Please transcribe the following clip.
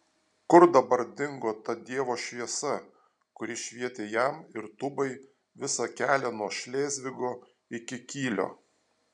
kur dabar dingo ta dievo šviesa kuri švietė jam ir tubai visą kelią nuo šlėzvigo iki kylio